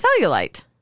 cellulite